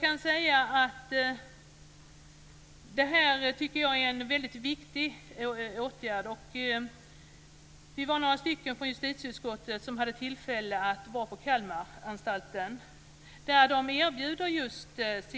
Det är en väldigt viktig åtgärd. Vi var några ledamöter från justitieutskottet som hade tillfälle att besöka Kalmaranstalten där de intagna erbjuds just